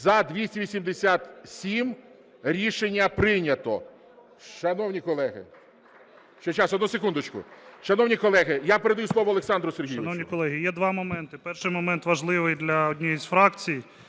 За-287 Рішення прийнято.